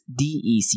DEC